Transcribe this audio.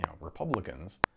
Republicans